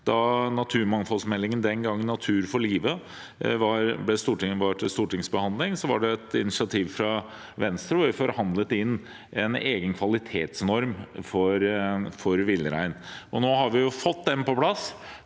Da naturmangfoldmeldingen den gangen, Natur for livet, var til stortingsbehandling, var det etter initiativ fra Venstre at vi forhandlet inn en egen kvalitetsnorm for villrein. Nå har vi jo fått den på plass,